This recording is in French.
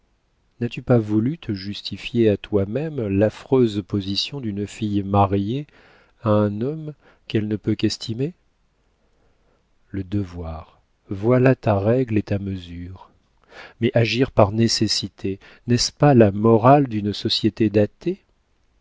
n'as-tu pas voulu te justifier à toi-même l'affreuse position d'une fille mariée à un homme qu'elle ne peut qu'estimer le devoir voilà ta règle et ta mesure mais agir par nécessité n'est-ce pas la morale d'une société d'athées